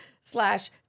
slash